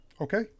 Okay